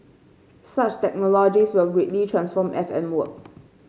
such technologies will greatly transform F M work